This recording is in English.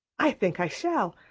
i think i shall.